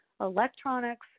electronics